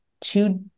two